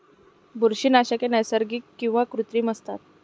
बुरशीनाशके नैसर्गिक किंवा कृत्रिम असतात